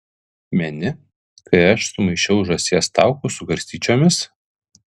meni kai aš sumaišiau žąsies taukus su garstyčiomis